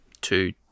two